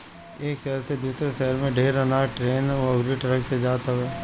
एक शहर से दूसरा शहर में ढेर अनाज ट्रेन अउरी ट्रक से जात हवे